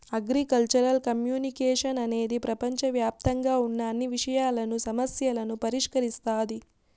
agricultural communication అనేది ప్రపంచవ్యాప్తంగా ఉన్న అన్ని విషయాలను, సమస్యలను పరిష్కరిస్తాది